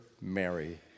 Mary